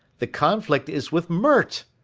the conflict is with mert!